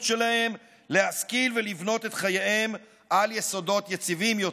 שלהם להשכיל ולבנות את חייהם על יסודות יציבים יותר.